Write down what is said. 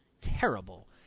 terrible